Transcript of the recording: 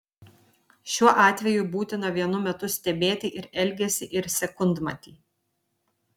šiuo atveju būtina vienu metu stebėti ir elgesį ir sekundmatį